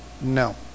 no